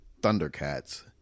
Thundercats